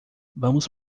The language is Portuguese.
vamos